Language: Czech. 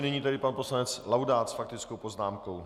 Nyní tedy pan poslanec Laudát s faktickou poznámkou.